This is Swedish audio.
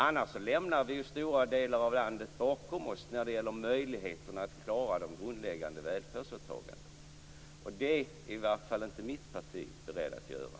Annars lämnar vi stora delar av landet bakom oss när det gäller möjligheterna att klara de grundläggande välfärdsåtagandena. Och det är man i alla fall inte i mitt parti beredd att göra.